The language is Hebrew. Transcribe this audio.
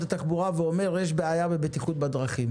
התחבורה ואומר: יש בעיה בבטיחות בדרכים?